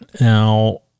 Now